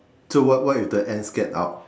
so so what what if the ants get out